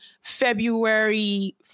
February